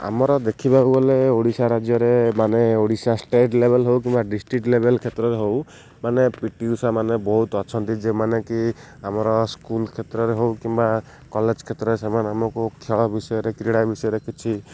ଆମର ଦେଖିବାକୁ ଗଲେ ଓଡ଼ିଶା ରାଜ୍ୟରେ ମାନେ ଓଡ଼ିଶା ଷ୍ଟେଟ୍ ଲେବଲ୍ ହଉ କିମ୍ବା ଡିଷ୍ଟ୍ରିକ୍ଟ ଲେବଲ୍ କ୍ଷେତ୍ରରେ ହଉ ମାନେ ପି ଟି ଉଷା ମାନେ ବହୁତ ଅଛନ୍ତି ଯେଉଁମାନେ କି ଆମର ସ୍କୁଲ କ୍ଷେତ୍ରରେ ହଉ କିମ୍ବା କଲେଜ କ୍ଷେତ୍ରରେ ସେମାନେ ଆମକୁ ଖେଳ ବିଷୟରେ କ୍ରୀଡ଼ା ବିଷୟରେ କିଛି